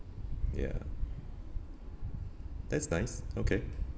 ya that's nice okay